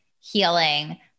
healing